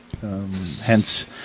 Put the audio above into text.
hence